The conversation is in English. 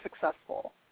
successful